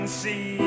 see